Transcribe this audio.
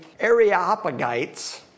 Areopagites